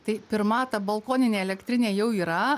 tai pirma ta balkoninė elektrinė jau yra